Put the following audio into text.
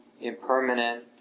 impermanent